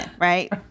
Right